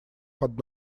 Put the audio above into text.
под